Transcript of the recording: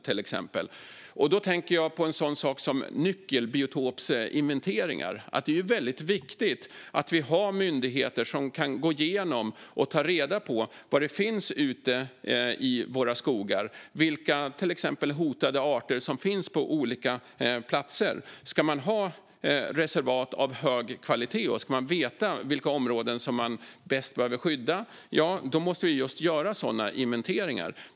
Jag tänker på nyckelbiotopsinventeringar. Det är viktigt att vi har myndigheter som kan gå igenom och ta reda på vad som finns ute i våra skogar, till exempel vilka hotade arter som finns på olika platser. Ska man ha reservat av hög kvalitet och veta vilka områden man bäst behöver skydda måste vi göra sådana inventeringar.